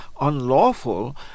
unlawful